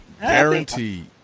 guaranteed